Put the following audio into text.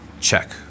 check